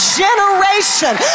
generation